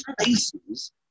spaces